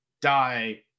die